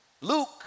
Luke